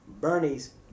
Bernie's